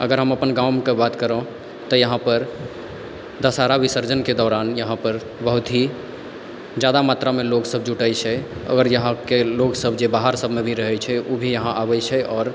अगर हम अपन गाँवमे कभी बात करौं तऽ यहाँपर के दशहरा विसर्जनके दौरान यहाँपर बहुत ही जादा मात्रामे लोक सब जुटै छै आओर यहाँके लोकसब बाहर सबमे भी रहै छै उ भी यहाँ आबै छै आओर